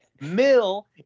Mill